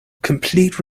complete